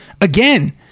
again